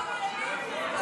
עבריינים.